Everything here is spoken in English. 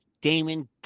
Damon